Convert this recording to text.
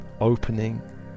opening